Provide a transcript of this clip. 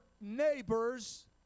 neighbors